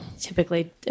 typically